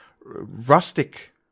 rustic